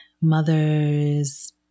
mothers